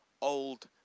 old